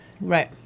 Right